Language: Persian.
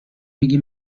میگی